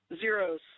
zeros